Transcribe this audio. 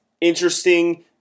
interesting